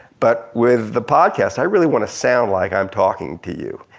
but with the podcast i really want to sound like i'm talking to you,